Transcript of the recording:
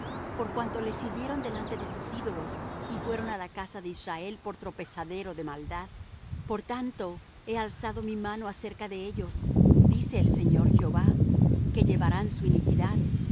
por cuanto les sirvieron delante de sus ídolos y fueron á la casa de israel por tropezadero de maldad por tanto he alzado mi mano acerca de ellos dice el señor jehová que llevarán su iniquidad